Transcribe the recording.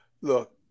Look